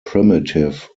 primitive